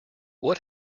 what